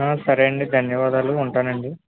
సరే అండి ధన్యవాదాలు ఉంటానండి